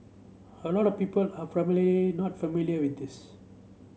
a lot of people are not familiar with this